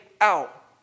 out